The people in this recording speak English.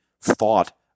thought